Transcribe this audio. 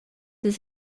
his